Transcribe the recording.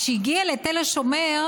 כשהיא הגיעה לתל השומר,